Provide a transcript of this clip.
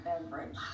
beverage